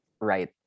right